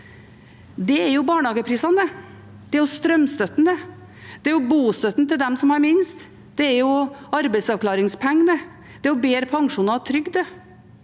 Det er barnehageprisene, strømstøtten, bostøtten til dem som har minst, arbeidsavklaringspengene, bedre pensjoner og trygd